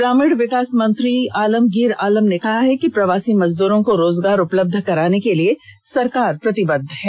ग्रामीण विकास मंत्री आलमगीर आलम ने कहा है कि प्रवासी मजदूरों को रोजगार उपलब्ध कराने के लिए सरकार प्रतिबद्ध है